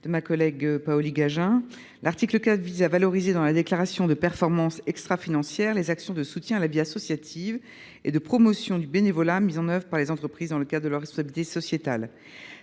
est à Mme Laure Darcos. L’article 4 visait à valoriser, dans la déclaration de performance extrafinancière, les actions de soutien à la vie associative et de promotion du bénévolat mises en œuvre par les entreprises dans le cadre de leur responsabilité sociétale.